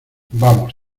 vamos